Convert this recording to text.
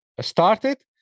started